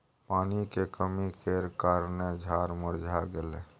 पानी के कमी केर कारणेँ झाड़ मुरझा गेलै